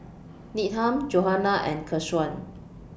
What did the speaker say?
Needham Johanna and Keshawn